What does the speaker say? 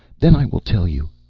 then i will tell you